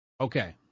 Okay